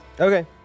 Okay